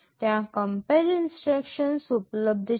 ત્યાં compare instructions ઉપલબ્ધ છે